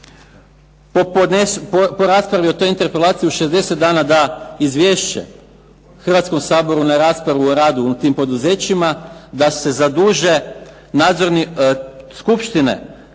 po raspravi o toj interpelaciji u 60 dana da izvješće Hrvatskom saboru na raspravu o radu u tim poduzećima, da se zaduže skupštine tih